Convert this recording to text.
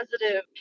positive